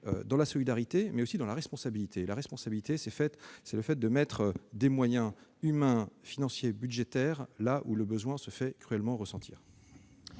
dans la solidarité, mais aussi dans la responsabilité, qui est d'allouer des moyens humains, financiers, budgétaires, là où le besoin s'en fait cruellement ressentir.